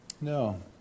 No